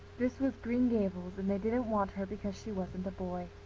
this was green gables and they didn't want her because she wasn't a boy!